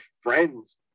friends